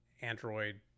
Android